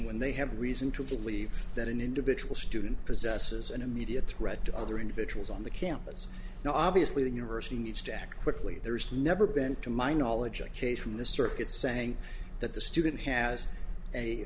when they have reason to believe that an individual student possesses an immediate threat to other individuals on the campus now obviously the university needs to act quickly there's never been to my knowledge a case from the circuit saying that the student has a